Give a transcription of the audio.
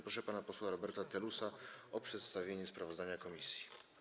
Proszę pana posła Roberta Telusa o przedstawienie sprawozdania komisji.